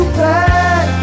back